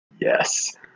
Yes